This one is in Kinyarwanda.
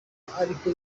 ariko